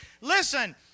listen